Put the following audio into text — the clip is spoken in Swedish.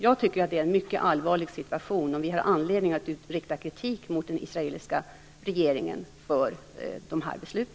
Jag tycker att det är en mycket allvarlig situation, och vi har anledning att rikta kritik mot den israeliska regeringen för dessa beslut.